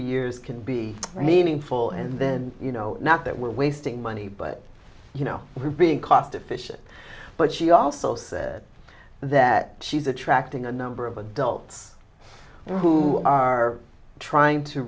years can be meaningful and then you know not that we're wasting money but you know we're being cost efficient but she also said that she's attracting a number of adults who are trying to